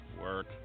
work